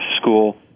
school